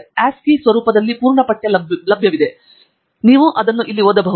ASCII ಸ್ವರೂಪದಲ್ಲಿ ಪೂರ್ಣ ಪಠ್ಯ ಲಭ್ಯವಿದೆ ನೀವು ಅದನ್ನು ಇಲ್ಲಿ ಓದಬಹುದು